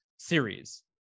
series